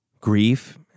grief